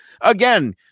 again